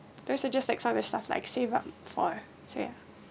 those are just like some stuff I save up for so ya